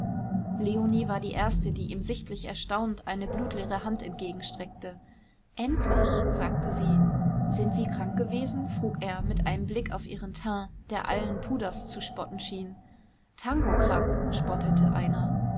leonie war die erste die ihm sichtlich erstaunt eine blutleere hand entgegenstreckte endlich sagte sie sind sie krank gewesen frug er mit einem blick auf ihren teint der allen puders zu spotten schien tangokrank spottete einer